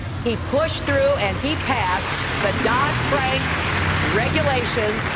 he pushed through, and he passed the dodd-frank regulation,